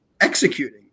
executing